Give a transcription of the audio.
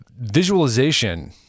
visualization –